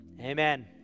Amen